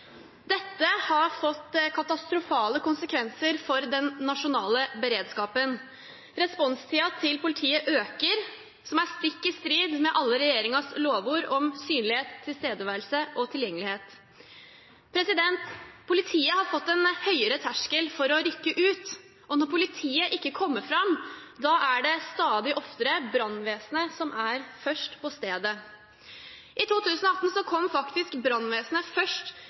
Dette har fått katastrofale konsekvenser for den nasjonale beredskapen. Responstiden til politiet øker, noe som er stikk i strid med alle regjeringens lovord om synlighet, tilstedeværelse og tilgjengelighet. Politiet har fått en høyere terskel for å rykke ut, og når politiet ikke kommer fram, er det stadig oftere brannvesenet som er først på stedet. I 2018 kom faktisk brannvesenet først